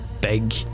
big